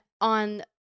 on